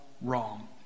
wrong